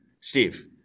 Steve